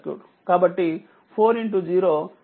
కాబట్టి4 0 రాయవలసిన అవసరం లేదు